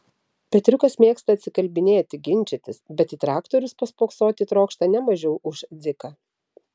petriukas mėgsta atsikalbinėti ginčytis bet į traktorius paspoksoti trokšta ne mažiau už dziką